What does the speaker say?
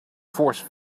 force